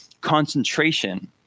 concentration